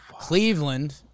Cleveland